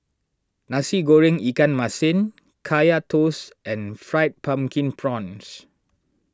Nasi Goreng Ikan Masin Kaya Toast and Fried Pumpkin Prawns